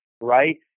right